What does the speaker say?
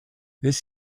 this